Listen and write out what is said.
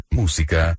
música